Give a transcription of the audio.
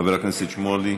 חבר הכנסת שמולי,